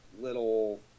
little